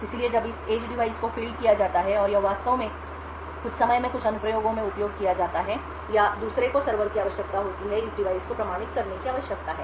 इसलिए जब इस एज डिवाइस को फील्ड किया जाता है और यह वास्तव में कुछ समय में कुछ अनुप्रयोगों में उपयोग किया जाता है या दूसरे को सर्वर की आवश्यकता होती है कि इस डिवाइस को प्रमाणित करने की आवश्यकता है